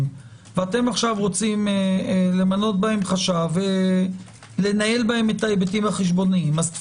ואתם רוצים למנות בהם חשב ולנהל בהם את ההיבטים החשבונאיים תפדלו.